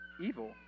evil